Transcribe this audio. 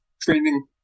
training